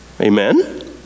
Amen